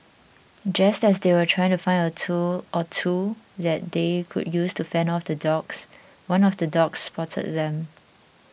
just as they were trying to find a tool or two that they could use to fend off the dogs one of the dogs spotted them